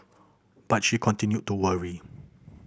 but she continued to worry